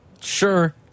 Sure